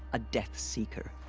a death-seeker.